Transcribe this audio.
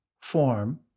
form